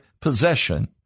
possession